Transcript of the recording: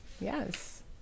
Yes